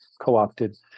co-opted